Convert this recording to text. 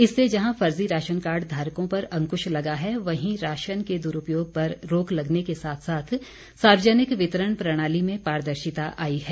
इससे जहां फर्जी राशन कार्ड धारकों पर अंकृश लगा है वहीं राशन के द्रूपयोग पर रोक लगने के साथ साथ सार्वजनिक वितरण प्रणाली में पारदर्शिता आई है